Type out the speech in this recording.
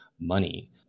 money